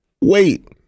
Wait